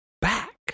back